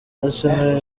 arsenal